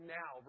now